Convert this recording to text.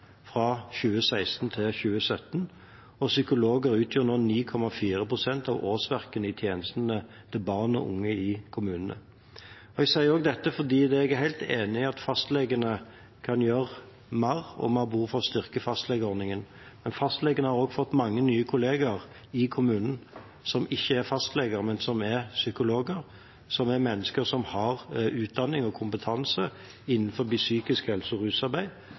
fra 2016 til 2017, og psykologer utgjør nå 9,4 pst. av årsverkene i tjenestene for barn og unge i kommunene. Jeg sier dette fordi jeg er helt enig i at fastlegene kan gjøre mer, og at vi har behov for å styrke fastlegeordningen. Men fastlegene har fått mange nye kollegaer i kommunene som ikke er fastleger, men som er psykologer, som er mennesker som har utdanning og kompetanse innenfor psykisk helse- og rusarbeid,